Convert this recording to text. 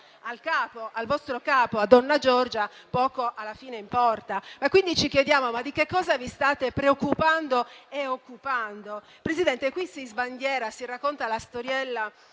al vostro capo, a donna Giorgia, poco alla fine importa. Quindi ci chiediamo: ma di che cosa vi state preoccupando e occupando? Signor Presidente, qui si racconta la storiella